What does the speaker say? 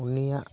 ᱩᱱᱤᱭᱟᱜ